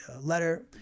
letter